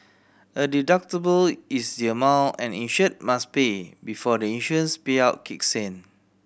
a deductible is the amount an insured must pay before the insurance payout kicks in